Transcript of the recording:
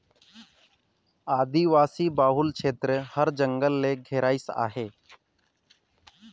आदिवासी बहुल छेत्र हर जंगल ले घेराइस अहे